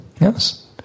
Yes